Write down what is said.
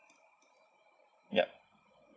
yup